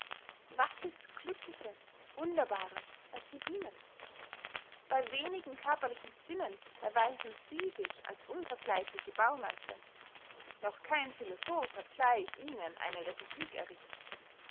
was ist glücklicher wunderbarer als die bienen bey wenigen körperlichen sinnen erweisen sie sich als unvergleichliche baumeister noch kein philosoph hat gleich ihnen eine republik errichtet